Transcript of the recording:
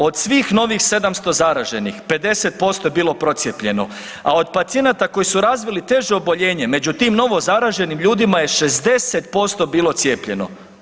Od svih novih 700 zaraženih 50% je bilo procijepljeno, a od pacijenata koji su razvili teže oboljenje među tim novo zaraženim ljudima je 60% bilo cijepljeno.